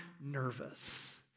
nervous